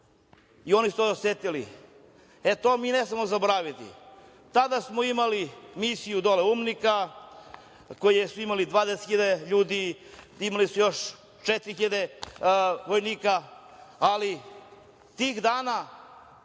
i oni su to osetili. E, to mi ne smemo zaboraviti. Tada smo imali dole misiju UNMIK-a koji su imali 12.000 ljudi, imali su još 4.000 vojnika, ali tih dana